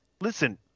listen